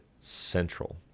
central